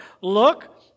look